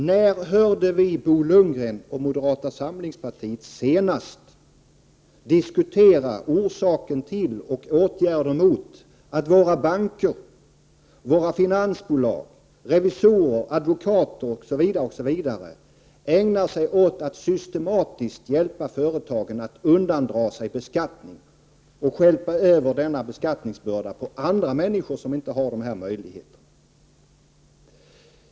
När hörde vi Bo Lundgren eller någon annan företrädare för moderata samlingspartiet senast diskutera orsaken till och åtgärder mot den verksamhet som våra banker, finansbolag, revisorer, advokater osv. ägnar sig åt — dvs. att man systematiskt hjälper företagen att undandra sig beskattning för att i stället stjälpa över beskattningsbördan på andra människor som inte har samma möjligheter?